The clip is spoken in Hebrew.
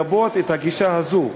צריך לגבות את הגישה הזאת,